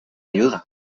ayuda